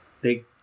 Big